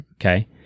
Okay